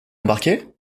embarquer